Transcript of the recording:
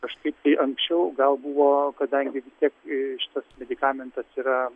kažkaip tai anksčiau gal buvo kadangi vis tiek šitas medikamentas yra